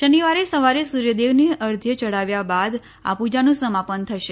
શનિવારે સવારે સૂર્યદેવને અધ્ય્ય ચઢાવ્યા બાદ આ પૂજાનું સમાપન થશે